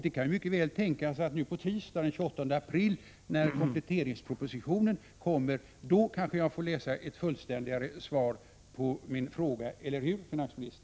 Det kan mycket väl tänkas att jag nu på tisdag, den 28 april, när kompletteringspropositionen kommer, får läsa ett fullständigare svar på min fråga, eller hur finansministern?